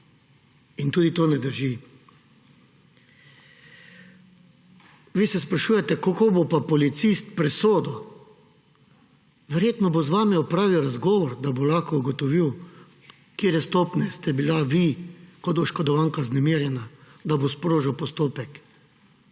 In tudi to ne drži. Vi se sprašujete, kako bo pa policist presodil. Verjetno bo z vami opravil razgovor, da bo lahko ugotovil, do katere stopnje ste bili vi kot oškodovanka vznemirjena, da bo sprožil postopek.